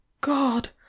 God